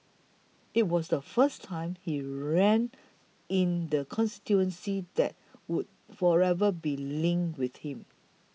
it was the first time he ran in the constituency that would forever be linked with him